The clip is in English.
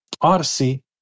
Odyssey